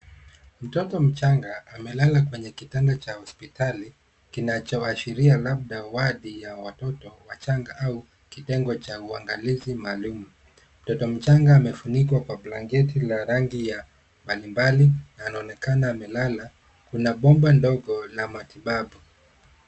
Mtoto mchanga amelala kwenye kitanda cha hospitali kinachoashiria labda wadi ya watoto wachanga au kitengo cha uangalizi maalum. Mtoto mchanga amefunikwa kwa blanketi la rangi ya mbalimbali na anaonekana amelala kuna bomba ndogo la matibabu.